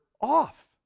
off